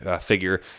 figure